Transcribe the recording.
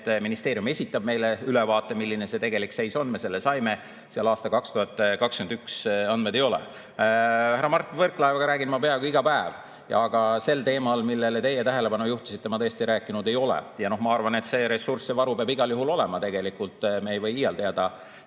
et ministeerium esitab meile ülevaate, milline tegelik seis on. Selle me saime, aga seal 2021. aasta andmeid ei ole. Härra Mart Võrklaevaga räägin ma peaaegu iga päev, aga sel teemal, millele teie tähelepanu juhtisite, ma tõesti rääkinud ei ole. Ma arvan, et see ressurss, see varu peab igal juhul olema. Me ei või iial teada,